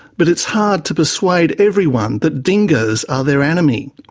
but it's hard to persuade everyone that dingoes are their enemy.